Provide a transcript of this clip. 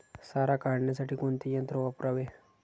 सारा काढण्यासाठी कोणते यंत्र वापरावे?